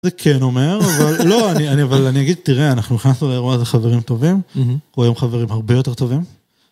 זה כן אומר, אבל לא, אני.. אני.. אבל אני אגיד, תראה, אנחנו נכנסנו לאירוע זה חברים טובים, הוא היום חברים הרבה יותר טובים.